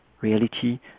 reality